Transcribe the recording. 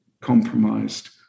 compromised